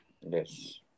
yes